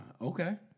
okay